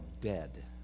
dead